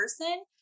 person